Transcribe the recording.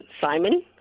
Simon